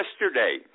yesterday